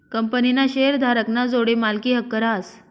कंपनीना शेअरधारक ना जोडे मालकी हक्क रहास